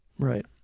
Right